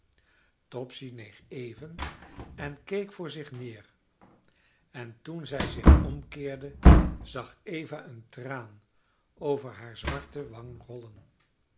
topsy neeg even en keek voor zich neer en toen zij zich omkeerde zag eva een traan over hare zwarte wang rollen